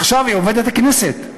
עכשיו היא עובדת הכנסת,